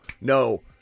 no